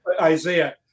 Isaiah